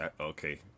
Okay